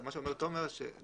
מה שאומר תומר שדרך